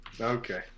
Okay